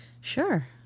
Sure